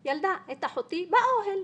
היא ילדה את אחותי באוהל.